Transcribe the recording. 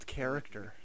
character